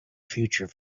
future